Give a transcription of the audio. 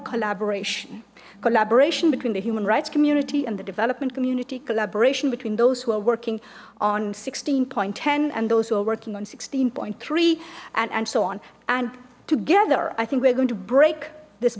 collaboration collaboration between the human rights community and the development community collaboration between those who are working on sixteen point ten and those who are working on sixteen point three and and so on and together i think we're going to break this